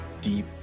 deep